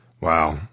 Wow